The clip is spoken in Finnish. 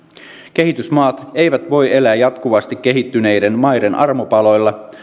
kehitysmaat eivät voi elää jatkuvasti kehittyneiden maiden armopaloilla